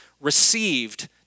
received